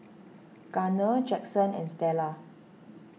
Garner Jackson and Stella